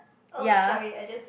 !oops! sorry I just